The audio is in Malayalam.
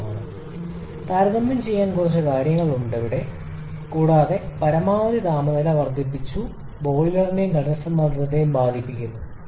3 താരതമ്യം ചെയ്യാൻ കുറച്ച് കാര്യങ്ങൾ ഇവിടെഉണ്ട് കൂടാതെ പരമാവധി താപനില വർദ്ധിപ്പിച്ചു ബോയിലറിനെയും കണ്ടൻസർ മർദ്ദത്തെയും ബാധിക്കുന്നു